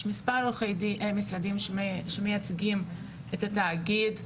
יש מספר משרדים שמייצגים את התאגיד.